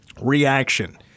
reaction